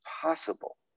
possible